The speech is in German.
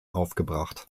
aufgebracht